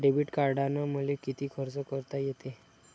Debit कार्डानं मले किती खर्च करता येते?